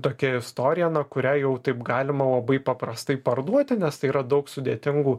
tokia istorija na kurią jau taip galima labai paprastai parduoti nes tai yra daug sudėtingų